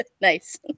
nice